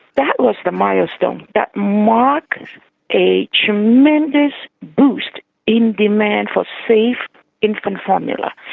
that was the milestone that marked a tremendous boost in demand for safe infant formula,